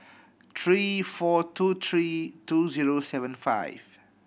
three four two three two zero seven five